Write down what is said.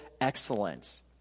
excellence